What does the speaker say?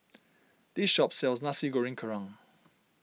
this shop sells Nasi Goreng Kerang